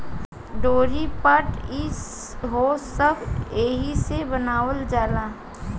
डोरी, पाट ई हो सब एहिसे बनावल जाला